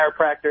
chiropractor